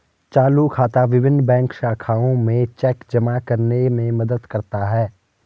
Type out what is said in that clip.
चालू खाता विभिन्न बैंक शाखाओं में चेक जमा करने में मदद करता है